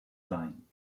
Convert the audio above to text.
seien